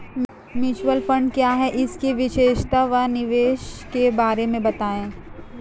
Mutual fund क्या है इसकी विशेषता व निवेश के बारे में बताइये?